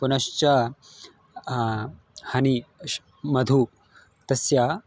पुनश्च हनि श् मधुः तस्य